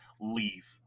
leave